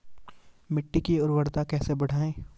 मिट्टी की उर्वरकता कैसे बढ़ायें?